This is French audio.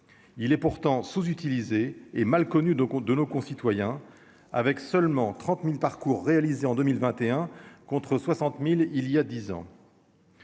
il est pourtant sous-utilisé et mal connue, donc compte de nos concitoyens, avec seulement 30000 parcours réalisé en 2021 contre 60000 il y a 10 ans.